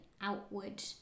outward